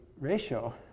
ratio